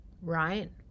right